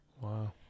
Wow